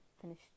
finish